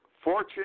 Fortune